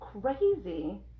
crazy